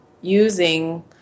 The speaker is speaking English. using